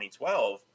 2012